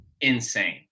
insane